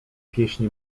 pieśni